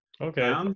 Okay